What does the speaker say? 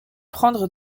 prendre